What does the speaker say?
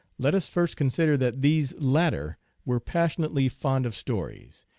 let us first consider that these latter were passionately fond of stories,